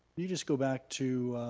you just go back to